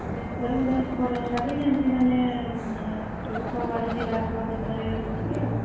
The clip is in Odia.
ଦେଖାଅ ଗୋଟେ ଭଲ ଶାଢ଼ୀ ଯେମିତି ମାନେ ସବୁଆଡ଼େ ଯିବା ଆସିବା କରିପାରିବେ ପିନ୍ଧିକି ଆଉ